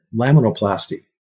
laminoplasty